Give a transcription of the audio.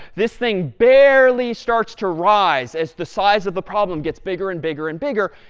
this thing barely starts to rise as the size of the problem gets bigger and bigger and bigger.